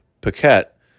paquette